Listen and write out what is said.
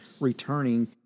returning